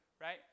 right